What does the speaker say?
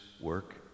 work